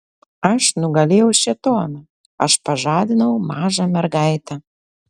aš nugalėjau šėtoną aš pažadinau mažą mergaitę